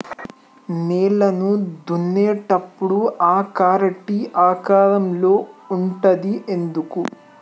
నేలను దున్నేటప్పుడు ఆ కర్ర టీ ఆకారం లో ఉంటది ఎందుకు?